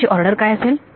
त्याची ऑर्डर काय असेल